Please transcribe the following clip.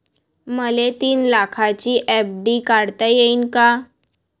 मले तीन लाखाची एफ.डी काढता येईन का?